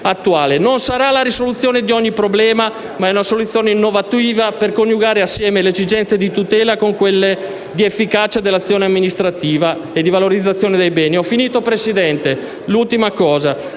Non sarà la risoluzione di ogni problema, ma è una soluzione innovativa, per coniugare assieme le esigenze di tutela con quelle di efficacia dell'azione amministrativa e di valorizzazione dei beni.